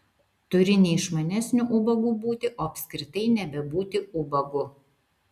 turi ne išmanesniu ubagu būti o apskritai nebebūti ubagu